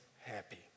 happy